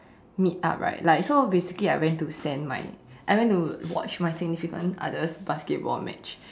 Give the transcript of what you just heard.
meet up right like so basically I went to send my I went to watch my significant other's basketball match